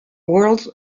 world